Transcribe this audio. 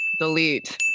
Delete